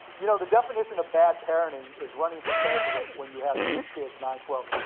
you know the definition of bad parenting is running for president when you have three kids, nine, twelve